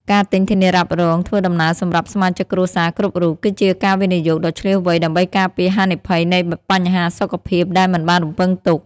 ការទិញធានារ៉ាប់រងធ្វើដំណើរសម្រាប់សមាជិកគ្រួសារគ្រប់រូប គឺជាការវិនិយោគដ៏ឈ្លាសវៃដើម្បីការពារហានិភ័យនៃបញ្ហាសុខភាពដែលមិនបានរំពឹងទុក។